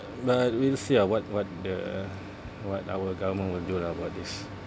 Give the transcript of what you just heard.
but we'll see ah what what the what our government will do lah about this